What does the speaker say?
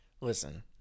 Listen